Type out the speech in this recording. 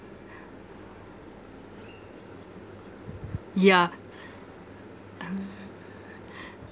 yeah